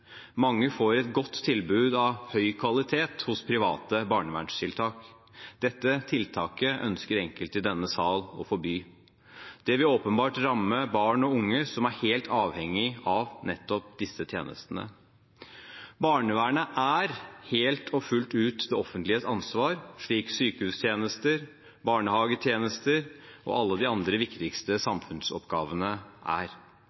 Mange får et godt tilbud av høy kvalitet fra private barnevernstiltak. Dette tilbudet ønsker enkelte i denne sal å forby. Det vil åpenbart ramme barn og unge som er helt avhengige av nettopp disse tjenestene. Barnevernet er fullt og helt det offentliges ansvar, slik sykehustjenester, barnehagetjenester og alle de andre viktigste samfunnsoppgavene er.